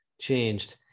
changed